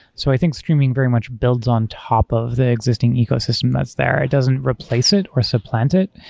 so i think streaming very much builds on top of the existing ecosystem that's there. it doesn't replace it or supplant it.